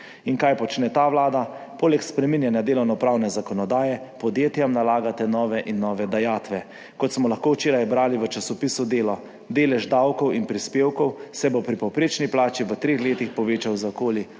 In kaj počne ta vlada? Poleg spreminjanja delovnopravne zakonodaje podjetjem nalagate nove in nove dajatve. Kot smo lahko včeraj brali v časopisu Delo – delež davkov in prispevkov se bo pri povprečni plači v treh letih povečal za okoli